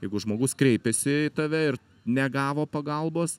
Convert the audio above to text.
jeigu žmogus kreipėsi į tave ir negavo pagalbos